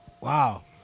Wow